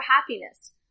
happiness